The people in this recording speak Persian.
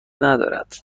ندارد